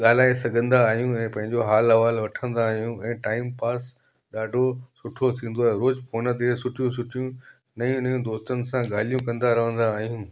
ॻाल्हाए सघंदा आहियूं ऐं पंहिंजो हालु अहवालु वठंदा आहियूं ऐं टाइमपास ॾाढो सुठो थींदो आहे रोज़ु फोन ते सुठियूं सुठियूं नयूं नयूं दोस्तनि सां ॻाल्हियूं कंदा रहंदा आहियूं